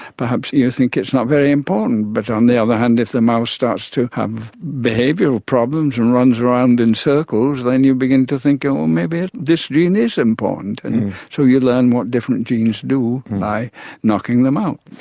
perhaps you think it's not very important. but on the other hand, if the mouse starts to have behavioural problems and runs around in circles, then you begin to think well maybe this gene is important, and so you learn what different genes do by knocking them out.